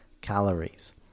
calories